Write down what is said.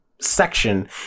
section